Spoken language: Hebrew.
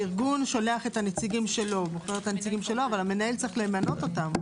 הארגון שולח את הנציגים שלו אבל המנהל צריך למנות אותם.